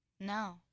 No